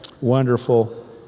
wonderful